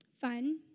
Fun